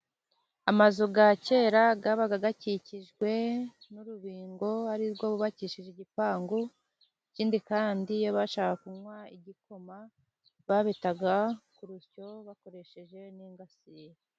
Amazu ya kera yaba akikijwe n'urubingo, ari rwo bubakishije igipangu. Ikindi kandi iyo bashaka kunywa igikoma babetaga ku rusyo bakoresheje n'ingasiye.